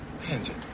angie